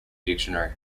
dictionary